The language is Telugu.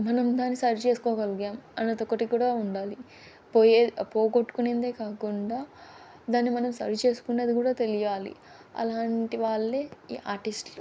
మనం దాన్ని సరిచేసుకోగలిగాం అనేది ఒకటి కూడా ఉండాలి పోయే పోగొట్టుకునిందే కాకుండా దాన్ని మనం సరిచేసుకునేది కూడా తెలియాలి అలాంటి వాళ్ళే ఈ ఆర్టిస్ట్లు